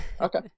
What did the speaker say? okay